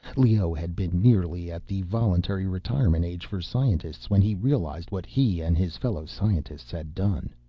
leoh had been nearly at the voluntary retirement age for scientists when he realized what he, and his fellow scientists, had done.